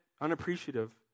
unappreciative